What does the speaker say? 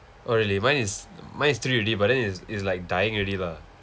oh really mine is mine is three already but then is is like dying already lah